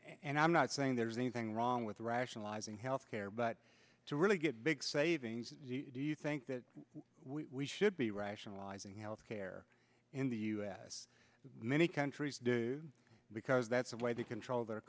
and i'm not saying there's anything wrong with rationalizing health care but to really get big savings do you think that we should be rationalizing health care in the us many countries do because that's the way they control their